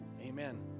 Amen